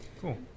Cool